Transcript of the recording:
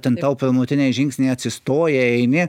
ten tau pirmutiniai žingsniai atsistoji eini